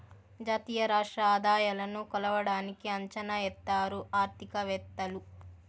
జాతీయ రాష్ట్ర ఆదాయాలను కొలవడానికి అంచనా ఎత్తారు ఆర్థికవేత్తలు